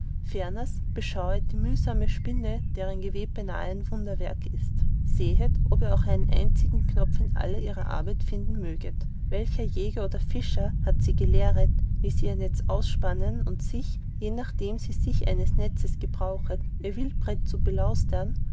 ferners beschauet die mühsame spinne deren geweb beinahe ein wunderwerk ist sehet ob ihr auch einen einzigen knopf in aller ihrer arbeit finden möget welcher jäger oder fischer hat sie gelehret wie sie ihr netz ausspannen und sich je nachdem sie sich eines netzes gebrauchet ihr wildpret zu belaustern